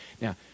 Now